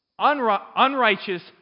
unrighteous